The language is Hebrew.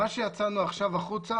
מה שיצאנו עכשיו החוצה,